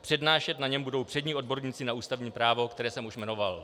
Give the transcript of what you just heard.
Přednášet na něm budou přední odborníci na ústavní právo, které jsem už jmenoval.